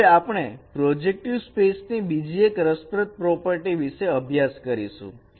તો હવે આપણે પ્રોજેક્ટિવ સ્પેસ ની બીજી એક રસપ્રદ પ્રોપર્ટી વિશે અભ્યાસ કરીશું